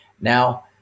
Now